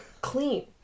clean